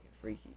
freaky